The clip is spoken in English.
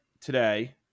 today –